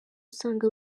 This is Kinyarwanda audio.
usanga